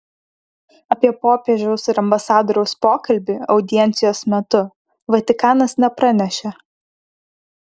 apie popiežiaus ir ambasadoriaus pokalbį audiencijos metu vatikanas nepranešė